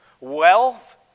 Wealth